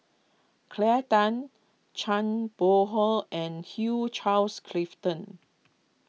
Claire Tham Zhang Bohe and Hugh Charles Clifford